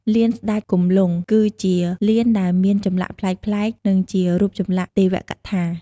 លានស្ដេចគំលង់ គឺជាលានដែលមានចម្លាក់ប្លែកៗ និងជារូបចម្លាក់ទេវកថា។